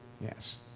yes